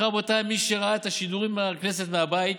רבותיי, מי שראה את השידורים מהכנסת מהבית,